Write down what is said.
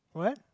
what